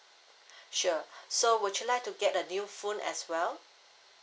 sure so would you like to get a new phone as well